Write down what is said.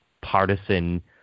partisan